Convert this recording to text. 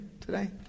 today